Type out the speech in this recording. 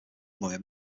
lawyer